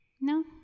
No